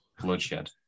Bloodshed